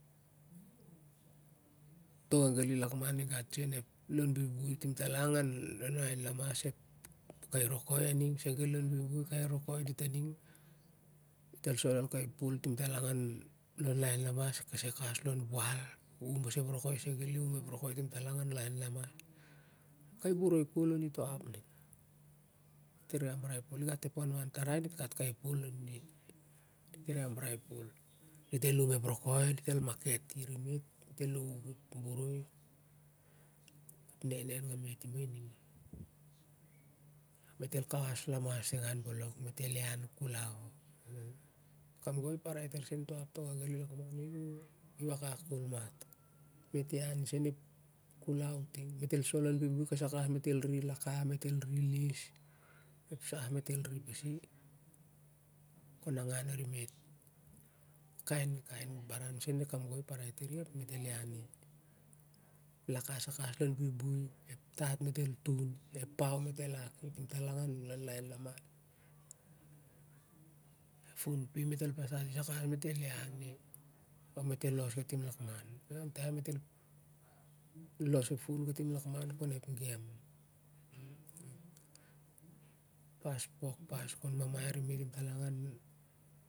To ga gali an lakman i gat sen ep lon bui bui a ding timtalang aa lok lai lamas kai nokoi a ning sa gali lon buibui kai nokoi dit a ning del sol on kei poi timtalang lolailamai ka sai talang lon buibui lim pas ep rokoi sai talang lon bui bui timtala lon lailames kai boroi koi on i ta ap ning mit el ambrae poli gat ep wanwan tarai dit gat kai pol a nan dit i ra dit re ambrai pol dit gat el um ep rokei dit el maket i a nindit mit el low um boroi ep nenen ma i ning mit el kaw ai lamas sai gen bolok mit el ian kulou kangoi i paipai tar to kam kamafan toga i wa kakol ma mit el kulau ting mit el ksai kawas lon buibui mit el riri laka mit el riri ep sah na mit el ri pasi kon angan animet kain kain barau sen na ep kain goi i a kes tan laka sai kawas lon buibui ep mit eltun mit lak ep pau nrun seu timtalong lolai lamas fun piau mit el pastat i ai kawaas lon buibui el ian ni los ep fun katim lakmon kon ep gem pas pok kon mamai animiti